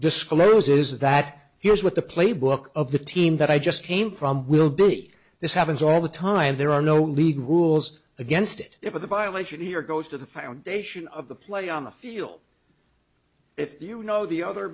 disclose is that here's what the playbook of the team that i just came from will be this happens all the time there are no league rules against it if the violation here goes to the foundation of the play on the field if you know the other